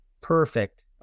perfect